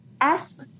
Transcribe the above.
ask